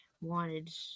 wanted